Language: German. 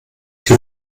die